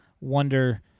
wonder